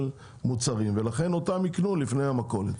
מוצרים ולכן שם יקנו לפני שיקנו במכולת.